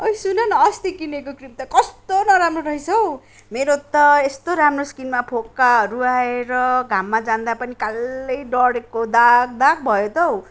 ओए सुन न अस्ति किनेको क्रिम त कस्तो नराम्रो रहेछ हौ मेरो त यस्तो राम्रो स्किनमा फोकाहरू आएर घाममा जाँदा पनि कालै डढेको दाग दाग भयो त हौ